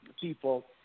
people